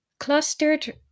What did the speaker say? Clustered